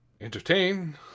entertain